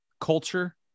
culture